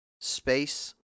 space